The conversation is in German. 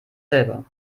selber